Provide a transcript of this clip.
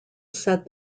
said